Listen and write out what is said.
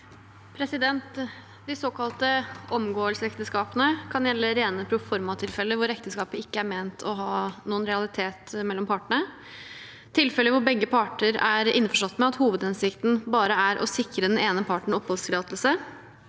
De såkalte omgå- elsesekteskapene kan gjelde rene proformatilfeller hvor ekteskapet ikke er ment å ha noen realitet mellom partene, tilfeller hvor begge parter er innforstått med at hovedhensikten bare er å sikre den ene parten oppholdstillatelse,